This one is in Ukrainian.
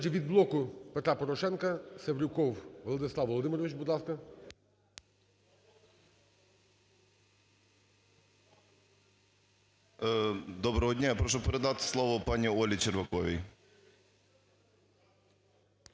Доброго дня! Я прошу передати слово пані ОліЧерваковій.